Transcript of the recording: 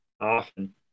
often